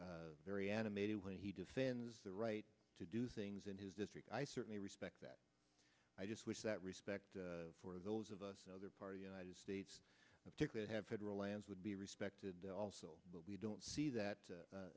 very very animated when he defends the right to do things in his district i certainly respect that i just wish that respect for those of us other party united states to have federal lands would be respected also but we don't see